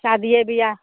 शादिए बिआह